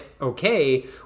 okay